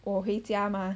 我回家吗